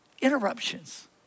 Interruptions